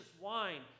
wine